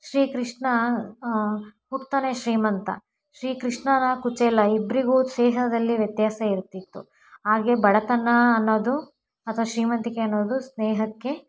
ಶ್ರೀಕೃಷ್ಣ ಹುಟ್ತಾನೇ ಶ್ರೀಮಂತ ಶ್ರೀಕೃಷ್ಣ ಕುಚೇಲ ಇಬ್ರಿಗೂ ಸ್ನೇಹದಲ್ಲಿ ವ್ಯತ್ಯಾಸ ಇರ್ತಿತ್ತು ಹಾಗೇ ಬಡತನ ಅನ್ನೋದು ಅಥವಾ ಶ್ರೀಮಂತಿಕೆ ಅನ್ನೋದು ಸ್ನೇಹಕ್ಕೆ